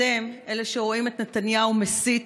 אתם אלה שרואים את נתניהו מסית